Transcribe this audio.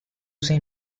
sei